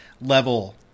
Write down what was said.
level